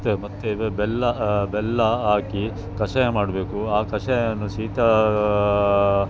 ಮತ್ತು ಮತ್ತು ಬೆಲ್ಲ ಬೆಲ್ಲ ಹಾಕಿ ಕಷಾಯ ಮಾಡಬೇಕು ಆ ಕಷಾಯವನ್ನು ಶೀತ